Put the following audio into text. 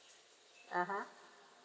(uh huh)